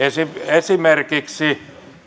esimerkiksi